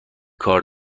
کار